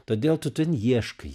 todėl tu ten ieškai